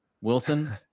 Wilson